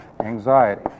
Anxiety